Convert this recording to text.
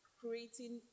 creating